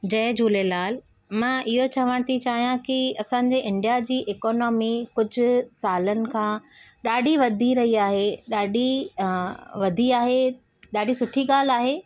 जय झूलेलाल मां इहो चवण थी चाहियां की असांजे इंडिया एकोनॉमी कुझु सालनि खां ॾाढी वधी रही आहे ॾाढी अ वधी आहे ॾाढी सुठी गाल्हि आहे